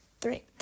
three